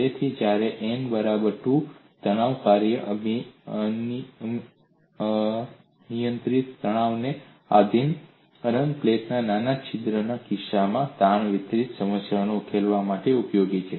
તેથી જ્યારે n બરાબર 2 તણાવ કાર્ય અનિયંત્રિત તણાવને આધિન અનંત પ્લેટમાં નાના છિદ્રના કિસ્સામાં તાણ વિતરણની સમસ્યાને ઉકેલવા માટે ઉપયોગી છે